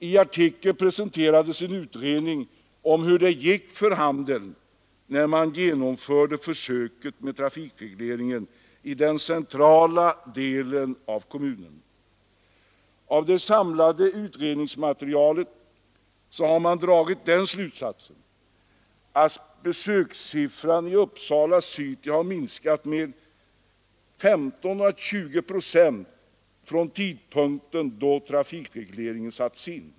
I artikeln presenterades en utredning av hur det gick för handeln när man genomförde försöket med trafikreglering i den centrala delen av kommunen. Av det samlade utredningsmaterialet har man dragit den slutsatsen att besökssiffran i Uppsala city har minskat med 15 å 20 procent från den tidpunkt då trafikregleringen sattes in.